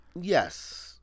Yes